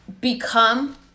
become